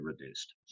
reduced